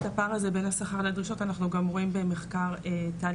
את הפער הזה בין השכר לדרישות אנחנו גם רואים ב"מחקר טל",